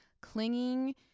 clinging